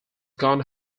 gone